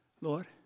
Lord